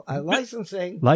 Licensing